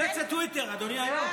כל היום היא בטוויטר, אדוני היו"ר.